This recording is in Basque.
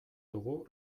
dugu